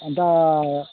अन्त